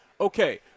Okay